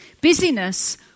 Busyness